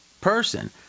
person